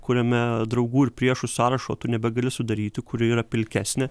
kuriame draugų ir priešų sąrašo tu nebegali sudaryti kuri yra pilkesnė